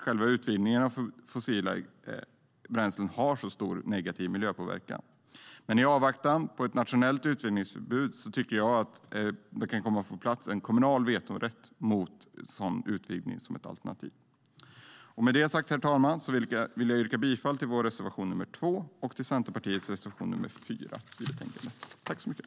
Själva utvinningen av fossila bränslen har stor negativ påverkan. I avvaktan på ett nationellt utvinningsförbud tycker jag dock att det som ett alternativ kan komma på plats en kommunal vetorätt mot utvinning. Med det sagt vill jag yrka bifall till vår reservation nr 2 och till Centerpartiets reservation nr 4 i betänkandet, herr ålderspresident.